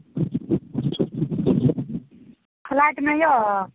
फ्लाइटमे यऽ